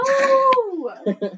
No